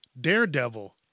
Daredevil